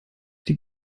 die